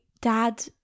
dad